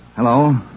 Hello